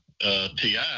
TI